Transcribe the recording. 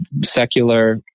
secular